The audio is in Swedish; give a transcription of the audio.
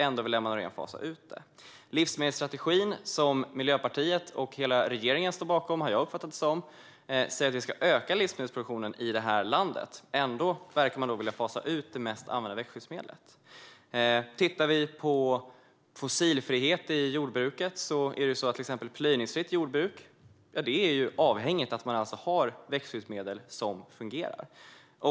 Ändå vill Emma Nohrén fasa ut det. Jag har uppfattat det så att Miljöpartiet och hela regeringen står bakom livsmedelsstrategin, och den säger att livsmedelsproduktionen ska ökas i Sverige. Ändå verkar man vilja fasa ut det mest använda växtskyddsmedlet. Låt oss titta på frågan om ett fossilfritt jordbruk. Ett plöjningsfritt jordbruk är avhängigt att det finns fungerande växtskyddsmedel.